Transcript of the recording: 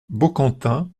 baucantin